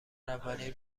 اولین